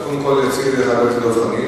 קודם כול יציג את זה חבר הכנסת דב חנין,